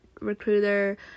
recruiter